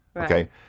Okay